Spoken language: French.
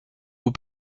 haut